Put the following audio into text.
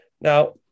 Now